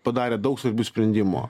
padarė daug svarbių sprendimų